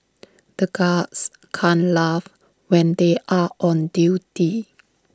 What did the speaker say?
the guards can't laugh when they are on duty